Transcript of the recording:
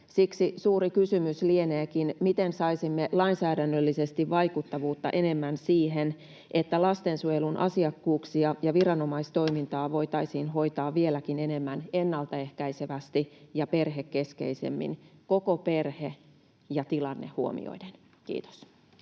Siksi suuri kysymys lieneekin, miten saisimme lainsäädännöllisesti vaikuttavuutta enemmän siihen, että lastensuojelun asiakkuuksia ja viranomaistoimintaa voitaisiin hoitaa vieläkin enemmän ennaltaehkäisevästi ja perhekeskeisemmin koko perhe ja tilanne huomioiden. — Kiitos.